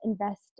invest